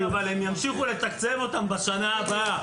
כן, אבל הם ימשיכו לתקצב אותם בשנה הבאה.